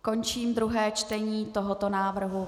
Končím druhé čtení tohoto návrhu.